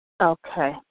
Okay